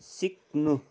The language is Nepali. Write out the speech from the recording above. सिक्नु